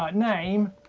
ah name,